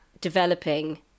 developing